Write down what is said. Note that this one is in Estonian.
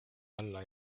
alla